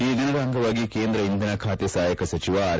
ಈ ದಿನದ ಅಂಗವಾಗಿ ಕೇಂದ್ರ ಇಂಧನ ಖಾತೆ ಸಹಾಯಕ ಸಚಿವ ಆರ್